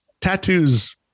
tattoos